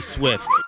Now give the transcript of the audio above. Swift